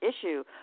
issue